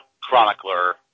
Chronicler